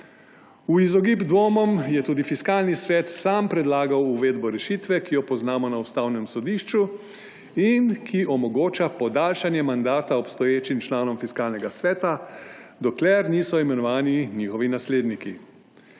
V izogib dvomom je tudi Fiskalni svet sam predlagal uvedbo rešitve, ki jo poznamo na Ustavnem sodišču in ki omogoča podaljšanje mandata obstoječim članom Fiskalnega sveta, dokler niso imenovani njihovi nasledniki.